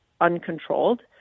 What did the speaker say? uncontrolled